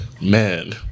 Man